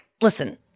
listen